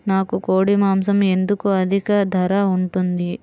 నాకు కోడి మాసం ఎందుకు అధిక ధర ఉంటుంది?